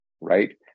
right